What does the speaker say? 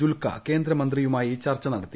ജുൽക്ക കേന്ദ്രമന്ത്രിയുമായി ചർച്ച നടത്തി